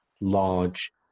large